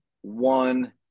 One